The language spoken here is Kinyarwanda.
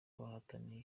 bahataniye